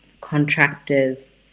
contractors